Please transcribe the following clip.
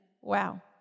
Wow